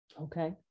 okay